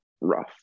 rough